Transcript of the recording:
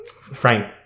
Frank